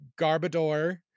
Garbador